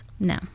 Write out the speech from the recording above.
No